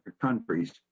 countries